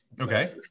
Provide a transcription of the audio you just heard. okay